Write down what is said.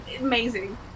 amazing